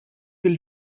will